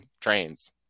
trains